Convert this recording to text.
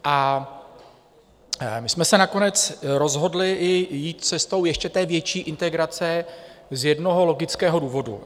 My jsme se nakonec rozhodli jít cestou ještě větší integrace z jednoho logického důvodu.